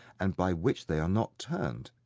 and by which they are not turned,